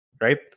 right